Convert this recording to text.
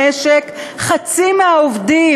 חצי מהעובדים,